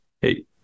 Hey